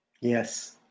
Yes